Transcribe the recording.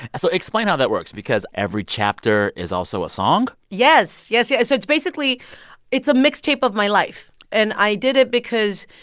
and so explain how that works because every chapter is also a song? yes. yeah. so it's basically it's a mixtape of my life. and i did it because,